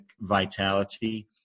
vitality